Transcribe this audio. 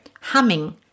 Humming